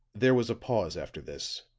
there was a pause after this,